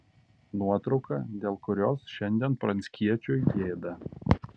nuotrauka dėl kurios šiandien pranckiečiui gėda